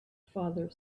father